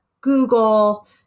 Google